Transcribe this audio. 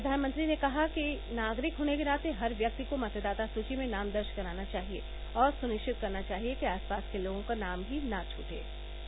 प्रघानमंत्री ने कहा कि नागरिक होने के नाते हर व्यक्ति को मतदाता सूची में नाम दर्ज कराना चाहिए और सुनिश्चित करना चाहिए कि आसपास के लोगों का नाम भी ना छटे